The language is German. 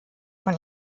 von